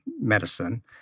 medicine